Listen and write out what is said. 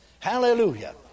Hallelujah